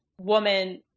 woman